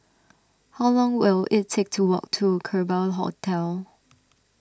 how long will it take to walk to Kerbau Hotel